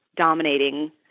dominating